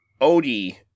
Odie